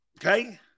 Okay